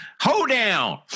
hoedown